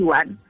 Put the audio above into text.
one